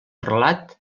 relat